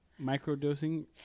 Microdosing